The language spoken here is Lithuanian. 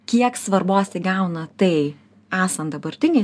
kiek svarbos įgauna tai esant dabartinei